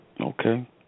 Okay